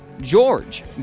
George